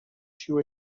two